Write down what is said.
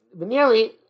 nearly